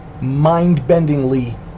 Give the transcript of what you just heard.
mind-bendingly